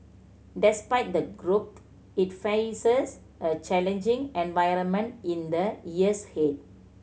despite the growth it faces a challenging environment in the years ahead